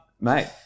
Mate